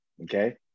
okay